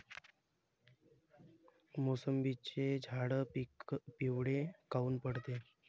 मोसंबीचे झाडं पिवळे काऊन पडते?